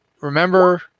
remember